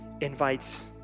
invites